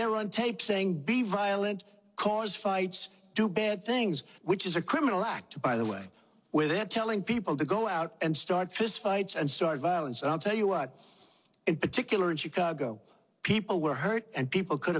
they're on tape saying be violent cars fights do bad things which is a criminal act by the way where they're telling people to go out and start fist fights and start violence and i'll tell you what in particular in chicago people were hurt and people could